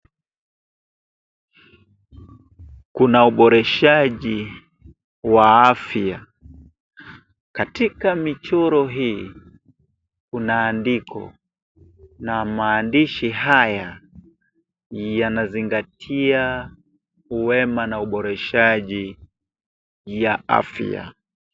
Kuna uboreshaji wa afya katika michoro hii kuna andiko na maandishi haya yanazingatia wema na uboreshaji wa afya.